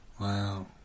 Wow